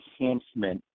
enhancement